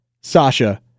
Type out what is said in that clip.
Sasha